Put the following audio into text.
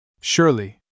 Surely